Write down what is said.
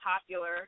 popular